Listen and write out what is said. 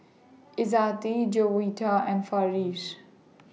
Izzati Juwita and Farish